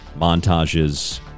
montages